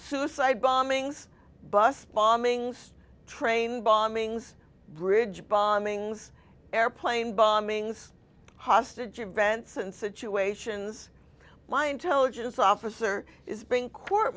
suicide bombings bus bombings train bombings bridge bombings airplane bombings hostage invents and situations my intelligence officer is being court